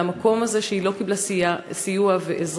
והמקום הזה, שהיא לא קיבלה סיוע ועזרה,